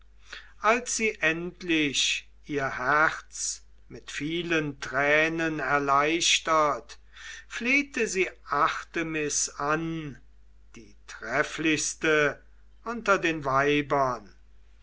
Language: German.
als sie endlich ihr herz mit vielen tränen erleichtert flehte sie artemis an die trefflichste unter den weibern